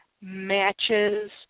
matches